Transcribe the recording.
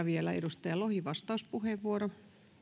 vielä edustaja lohi vastauspuheenvuoro